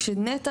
כשנת"ע,